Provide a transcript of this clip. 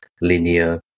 linear